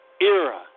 era